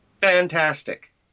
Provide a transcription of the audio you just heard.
fantastic